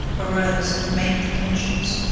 arose and made pretensions.